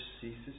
ceases